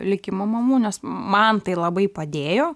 likimo mamų nes man tai labai padėjo